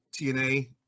TNA